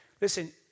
Listen